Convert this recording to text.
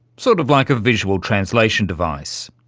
sort of like a visual translation device.